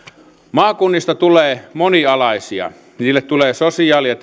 maakunnista tulee monialaisia niille tulee sosiaali ja